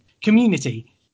community